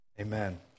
amen